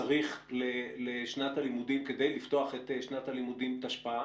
שצריך לשנת הלימודים כדי לפתוח את שנת הלימודים תשפ"א